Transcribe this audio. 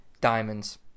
Diamonds